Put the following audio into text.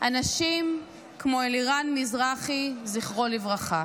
אנשים כמו אלירן מזרחי, זכרו לברכה.